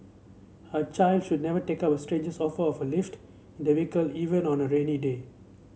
a child should never take up a stranger's offer of a lift in their vehicle even on a rainy day